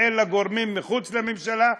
אלא גורמים מחוץ לממשלה,